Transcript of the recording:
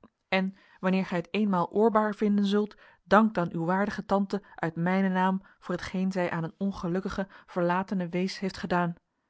weet dit en wanneer gij het eenmaal oorbaar vinden zult dank dan uw waardige tante uit mijnen naam voor hetgeen zij aan een ongelukkige verlatene wees heeft gedaan